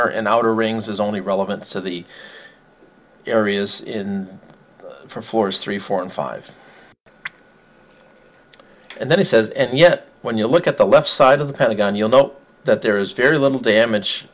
are in outer rings is only relevant so the areas in floors three four and five and then he says and yet when you look at the left side of the pentagon you'll know that there is very little damage